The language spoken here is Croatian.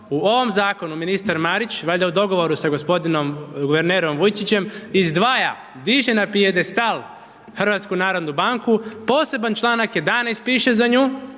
u ovom zakonu ministar Marić, valjda u dogovoru sa gospodinom guvernerom Vujčićem izdvaja, diže na pijedestal HNB, poseban članak 11. piše za nju,